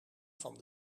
van